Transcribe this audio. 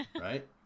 Right